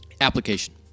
application